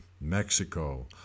Mexico